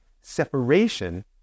Separation